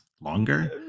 Longer